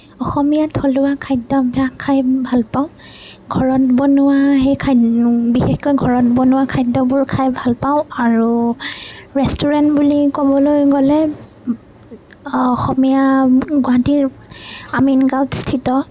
অসমীয়া থলুৱা খাদ্যাভ্যাস খাই ভাল পাওঁ ঘৰত বনোৱা সেই খাদ্য বিশেষকৈ ঘৰত বনোৱা খাদ্যবোৰ খাই ভাল পাওঁ আৰু ৰেষ্টুৰেণ্ট বুলি ক'বলৈ গ'লে অসমীয়া গুৱাহাটীৰ আমিনগাঁৱত স্থিত